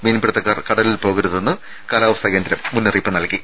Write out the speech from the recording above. മീൻപിടുത്തക്കാർ കടലിൽ പോകരുതെന്ന് കാലാവസ്ഥാ കേന്ദ്രം മുന്നറിയിപ്പ് നൽകി